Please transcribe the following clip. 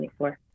2024